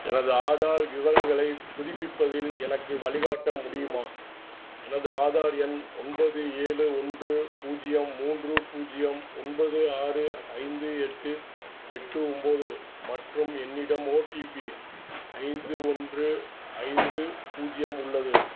எனது ஆதார் விவரங்களை புதுப்பிப்பதில் எனக்கு வழி காட்ட முடியுமா எனது ஆதார் எண் ஒன்பது ஏழு ஒன்று பூஜ்ஜியம் மூன்று பூஜ்ஜியம் ஒன்பது ஆறு ஐந்து எட்டு எட்டு ஒம்போது மற்றும் என்னிடம் ஓடிபி ஐந்து ஒன்று ஐந்து பூஜ்ஜியம் உள்ளது